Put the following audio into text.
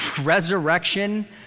resurrection